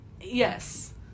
Yes